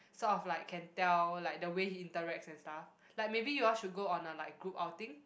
sort of like can tell like the way he interacts and stuff like maybe you all should go on a like group outing